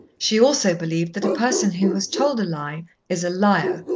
she also believed that a person who has told a lie is a liar,